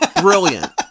brilliant